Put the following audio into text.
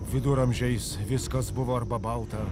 viduramžiais viskas buvo arba balta